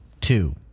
two